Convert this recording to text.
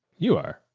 you are.